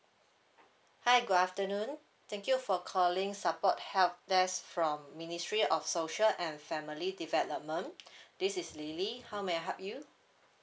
hi good afternoon thank you for calling support help desk from ministry of social and family development this is lily how may I help you